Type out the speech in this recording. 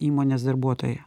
įmonės darbuotojai